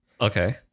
Okay